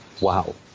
Wow